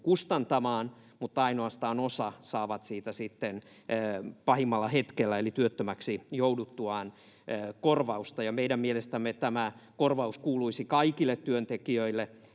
kustantamaan, mutta ainoastaan osa saa siitä sitten pahimmalla hetkellä eli työttömäksi jouduttuaan korvausta. Meidän mielestämme tämä korvaus kuuluisi kaikille työntekijöille,